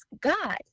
God